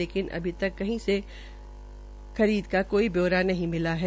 लेकिन अभी तक कही से खरीद का कोई ब्यौरा नहीं मिला है